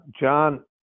John